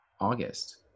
august